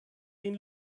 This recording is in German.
den